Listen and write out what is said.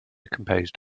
composed